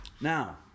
Now